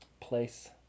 place